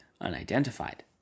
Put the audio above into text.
unidentified